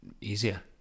easier